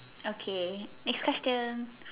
okay next question